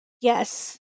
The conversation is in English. Yes